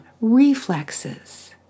reflexes